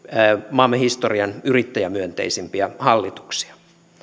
maamme historian yrittäjämyönteisimpiä hallituksia